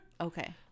okay